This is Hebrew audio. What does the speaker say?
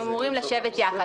הם אמורים לאשר יחד.